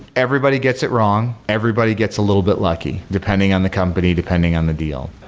everybody gets it wrong. everybody gets a little bit lucky depending on the company, depending on the deal.